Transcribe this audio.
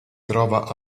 trova